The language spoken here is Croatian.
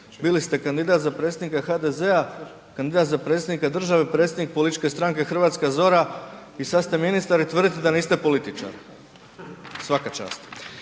bili ste kandidat za predsjednika HDZ-a, kandidat za predsjednika države, predsjednik političke stranke Hrvatska zora i sad ste ministar i tvrdite da niste političar. Svaka čast.